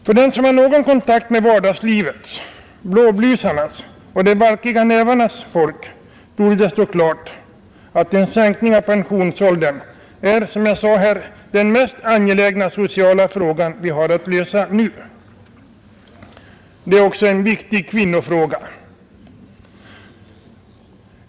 För dem som har någon kontakt med vardagslivets, blåblusarnas och de valkiga nävarnas människor, torde det stå klart att en sänkning av pensionsåldern är den mest angelägna sociala frågan vi har att lösa i dag. Det är också en viktig kvinnofråga.